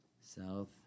South